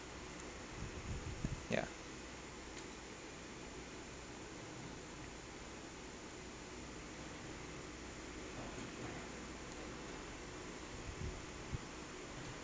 ya